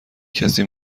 کسی